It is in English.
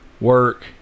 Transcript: work